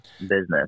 business